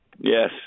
Yes